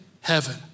heaven